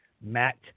Matt